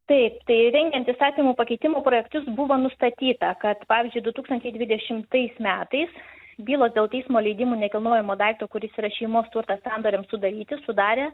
taip tai rengiant įstatymų pakeitimų projektus buvo nustatyta kad pavyzdžiui du tūkstančiai dvidešimtais metais bylos dėl teismo leidimų nekilnojamo daikto kuris yra šeimos turtas sandoriams sudaryti sudarė